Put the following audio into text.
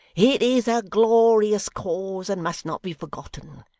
it is a glorious cause, and must not be forgotten.